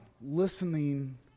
listening